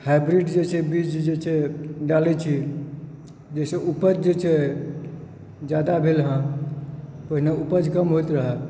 hybrid जे छै बीज जे छै डालै छी जाहिसँ उपज जे छै से जिदा भेल हँ पहिले उपज जे छै से कम होइत रहै